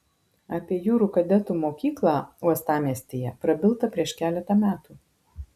apie jūrų kadetų mokyklą uostamiestyje prabilta prieš keletą metų